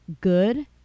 good